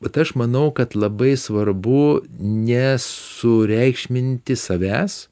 vat aš manau kad labai svarbu nesureikšminti savęs